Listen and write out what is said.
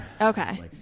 Okay